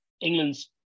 England's